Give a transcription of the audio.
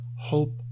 hope